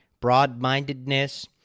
broad-mindedness